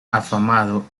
afamado